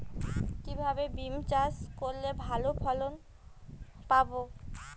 কিভাবে বিম চাষ করলে ভালো ফলন পাব?